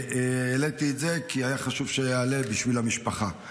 העליתי את זה כי היה חשוב שאעלה בשביל המשפחה.